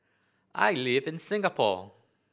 I live in Singapore